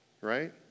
right